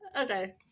Okay